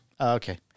Okay